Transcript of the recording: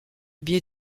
biais